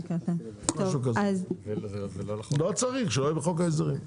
לא צריך שלא יהיה בחוק ההסדרים,